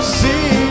see